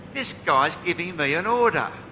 this guy is giving me an order.